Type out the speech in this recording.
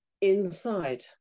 inside